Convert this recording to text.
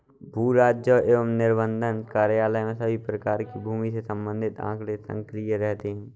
भू राजस्व एवं निबंधन कार्यालय में सभी प्रकार के भूमि से संबंधित आंकड़े संकलित रहते हैं